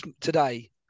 today